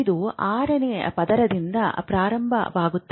ಇದು 6 ನೇ ಪದರದಿಂದ ಪ್ರಾರಂಭವಾಗುತ್ತದೆ